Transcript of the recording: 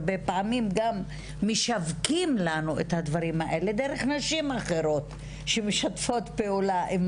הרבה פעמים משווקים לנו את הדברים האלה דרך נשים אחרות שמשתפות פעולה עם